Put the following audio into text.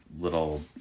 little